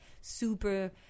super